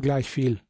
gleichviel